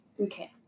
Okay